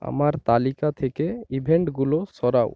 আমার তালিকা থেকে ইভেন্টগুলো সরাও